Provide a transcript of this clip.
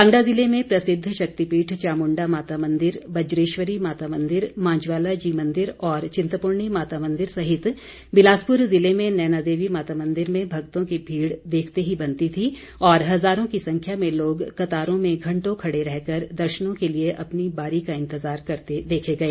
कांगड़ा जिले में प्रसिद्ध शक्तिपीठ चामुंडा माता मंदिर बजेश्वरी माता मंदिर मां ज्वाला जी मंदिर और चिंतपूर्णी माता मंदिर सहित बिलासपुर जिले में नैना देवी माता मंदिर में भक्तों की भीड़ देखते ही बनती थी और हजारों की संख्या में लोग कतारों में घंटों खड़े रह कर दर्शनों के लिए अपनी बारी का इंतजार करते देखे गए